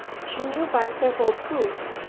she knew by several proofs,